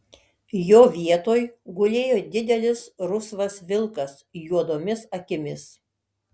jo vietoj gulėjo didelis rusvas vilkas juodomis akimis